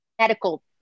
medical